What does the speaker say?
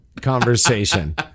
conversation